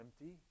empty